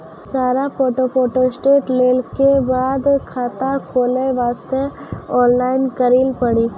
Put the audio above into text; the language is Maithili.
सारा फोटो फोटोस्टेट लेल के बाद खाता खोले वास्ते ऑनलाइन करिल पड़ी?